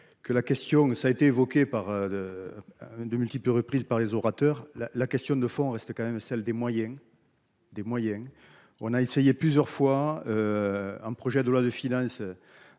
Que la question, ça a été évoqué par. De multiples reprises par les orateurs la la question de fond reste quand même celle des moyens. Des moyens, on a essayé plusieurs fois. Un projet de loi de finances.